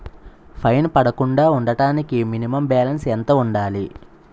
Fine పడకుండా ఉండటానికి minimum balance ఎంత ఉండాలి?